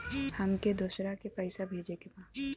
हमके दोसरा के पैसा भेजे के बा?